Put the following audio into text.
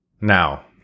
Now